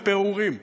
לפירורים.